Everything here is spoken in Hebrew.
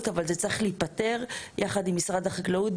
אבל זה צריך להיפתר יחד עם משרד החקלאות,